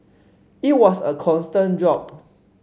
it was a constant job